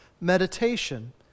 meditation